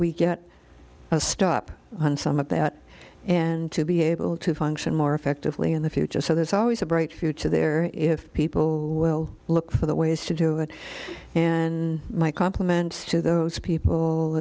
we get a stop on some of that and to be able to function more effectively in the future so there's always a bright future there if people will look for the ways to do it and my compliments to those people